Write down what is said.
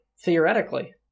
theoretically